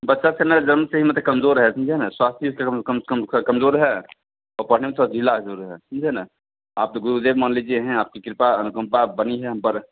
बच्चा से ना जन्म से ही मतलब कमज़ोर है समझे ना स्वास्थ्य भी इसका कम कम से कम कमज़ोर है और पढ़ने में थोड़ा है ठीक है ना आप तो गुरुदेव मान लीजिए हैं आपकी कृपया अनुकम्पा बनी है हम पर